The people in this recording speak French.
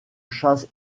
chasse